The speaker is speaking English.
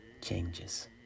changes